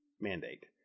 mandate